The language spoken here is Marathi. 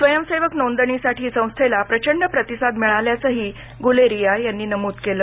स्वयंसेवक नोंदणीसाठी संस्थेला प्रचंड प्रतिसाद मिळाल्याचंही गुलेरिया यांनी नमूद केलं